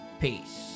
Peace